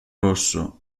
rosso